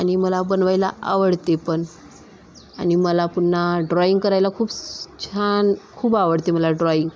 आणि मला बनवायला आवडते पण आणि मला पुन्हा ड्रॉईंग करायला खूप छान खूप आवडते मला ड्रॉईंग